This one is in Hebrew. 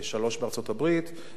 ושלוש בארצות-הברית.